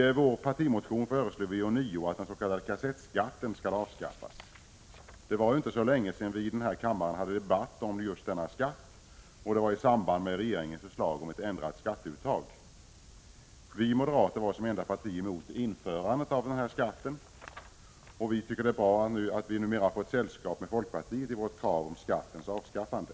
I vår partimotion föreslår vi ånyo att den s.k. kassettskatten skall avvecklas. Det var inte länge sedan vi i denna kammare hade en debatt om just denna skatt i samband med regeringens förslag om ett ändrat skatteuttag. Moderata samlingspartiet var som enda parti emot införandet av kassettskatten. Vi tycker att det är bra att vi numera har fått sällskap med folkpartiet i vårt krav om skattens avskaffande.